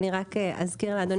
אזכיר לאדוני,